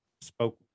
spoke